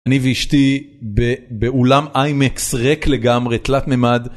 אני ואשתי באולם איימקס ריק לגמרי, תלת ממד.